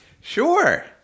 Sure